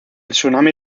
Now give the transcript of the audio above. tsunami